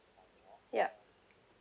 yup